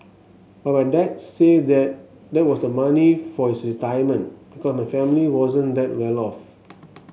but my dad said that that was the money for his retirement because my family wasn't that well off